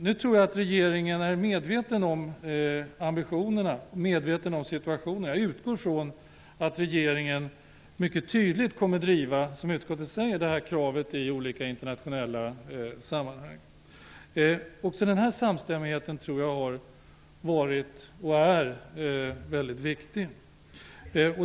Nu tror jag att regeringen är medveten om ambitionerna och situationen. Jag utgår från att regeringen mycket tydligt kommer att driva, som utskottet säger, detta krav i olika internationella sammanhang. Jag tror att denna samstämmighet har varit och är mycket viktig.